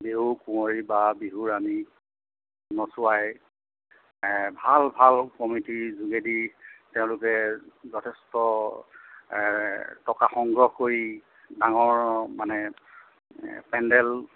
বিহু কুঁৱৰী বা বিহু ৰাণী নচুৱাই ভাল ভাল কমিটি যোগেদি তেওঁলোকে যথেষ্ট টকা সংগ্ৰহ কৰি ডাঙৰ মানে পেণ্ডেল